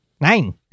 Nine